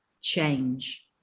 change